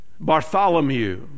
Bartholomew